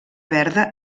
verda